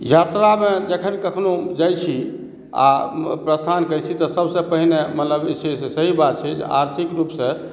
यात्रामे जखन कखनो जाइ छी आ प्रस्थान करै छी तऽ सबसे पहिने मतलब जे छै सही बात छै जे आर्थिक रूपसँ